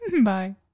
bye